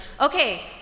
okay